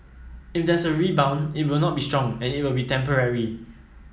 if there's a rebound it will not be strong and it will be temporary